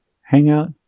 hangout